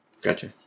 Gotcha